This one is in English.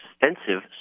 extensive